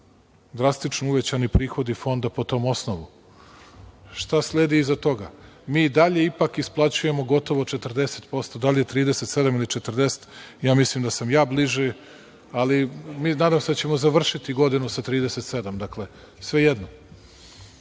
drastično uvećani prihodi fonda po tom osnovu. Šta sledi iza toga? Mi i dalje ipak isplaćujemo gotovo 40%, da li je 37% ili 40%, ja mislim da sam ja bliži, ali nadam se da ćemo završiti godinu sa 37%. Dakle, svejedno.